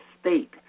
State